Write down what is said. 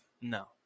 No